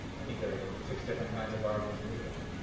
i think there are six different kinds of barbeque and